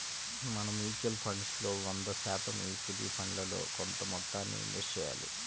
మనం mutual funds లో వంద శాతం ఈక్విటీ ఫండ్లలో కొంత మొత్తాన్నే ఇన్వెస్ట్ చెయ్యాలి